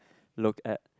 look at